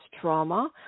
trauma